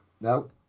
No